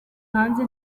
hanze